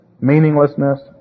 meaninglessness